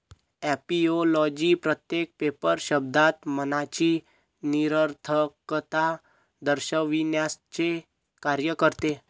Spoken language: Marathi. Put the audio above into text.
ऍपिओलॉजी प्रत्येक पेपर शब्दात मनाची निरर्थकता दर्शविण्याचे कार्य करते